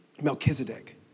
Melchizedek